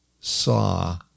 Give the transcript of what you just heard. saw